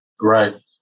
Right